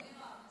מווג'וד.